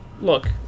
Look